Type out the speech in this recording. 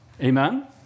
Amen